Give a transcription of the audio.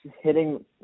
hitting